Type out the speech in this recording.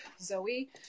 Zoe